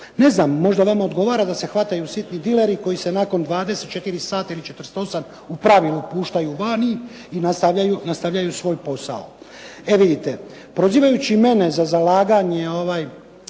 Ne znam možda vama odgovara da se hvataju sitni dileri koji se nakon 24 sata ili 48 u pravilu puštaju vani i nastavljaju svoj posao. E vidite, prozivajući mene za zalaganje